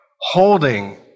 Holding